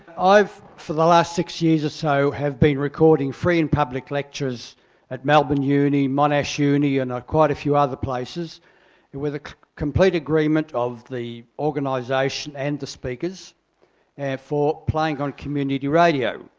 i've, for the last six years or ah so have been recording free and public lectures at melbourne uni monash uni, and quite a few other places with complete agreement of the organisation and the speakers and for playing on community radio.